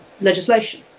legislation